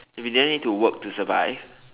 if you didn't need to work to survive